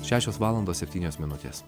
šešios valandos septynios minutės